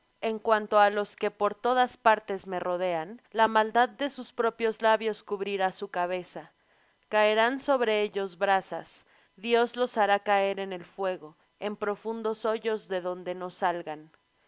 en cuanto á los que por todas partes me rodean la maldad de sus propios labios cubrirá su cabeza caerán sobre ellos brasas dios los hará caer en el fuego en profundos hoyos de donde no salgan